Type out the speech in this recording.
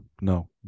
no